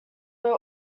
were